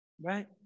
Right